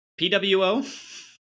Pwo